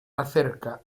acerca